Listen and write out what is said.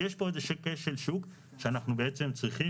יש פה איזשהו כשל שוק שאנחנו בעצם צריכים